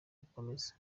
gukomeza